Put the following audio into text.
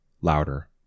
louder